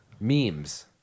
Memes